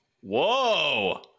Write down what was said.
whoa